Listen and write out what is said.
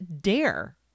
dare